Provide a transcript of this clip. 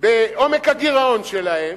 בעומק הגירעון שלהם,